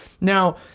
Now